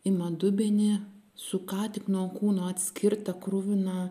ima dubenį su ką tik nuo kūno atskirta kruvina